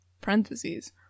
Parentheses